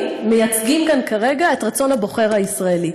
ראש הממשלה ואני מייצגים כאן כרגע את רצון הבוחר הישראלי.